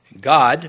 God